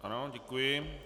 Ano, děkuji.